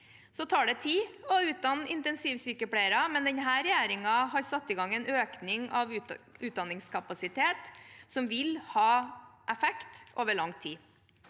Det tar tid å utdanne intensivsykepleiere, men denne regjeringen har satt i gang en økning av utdanningskapasitet, som vil ha effekt over lang tid.